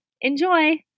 Enjoy